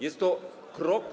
Jest to krok.